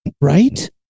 Right